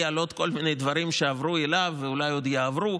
לעוד כל מיני דברים שעברו אליו ואולי עוד יעברו.